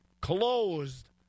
closed